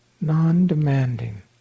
non-demanding